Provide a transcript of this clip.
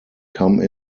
come